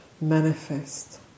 manifest